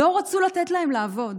לא רצה לתת להן לעבוד.